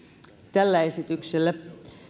tällä esityksellä